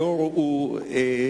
היושב-ראש הוא לימינך.